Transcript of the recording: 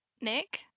Nick